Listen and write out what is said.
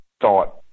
thought